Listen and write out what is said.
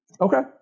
Okay